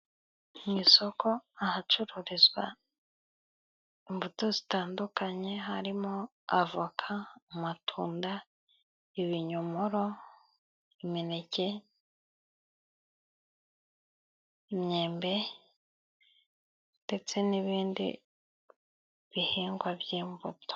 Mu isoko ahacururizwa imbuto zitandukanye harimo avoka, amatunda, ibinyomoro, imineke, imyembe, ndetse n'ibindi bihingwa by'imbuto.